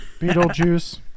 Beetlejuice